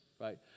right